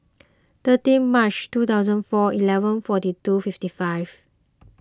thirty March two thousand four eleven forty two fifty five